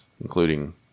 including